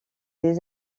les